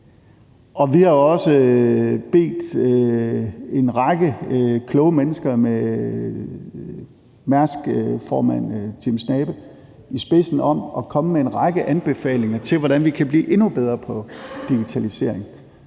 vi har også bedt en række kloge mennesker med Mærskformand Jim Snabe i spidsen om at komme med en række anbefalinger til, hvordan vi kan blive endnu bedre på digitaliseringsområdet.